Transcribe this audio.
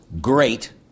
great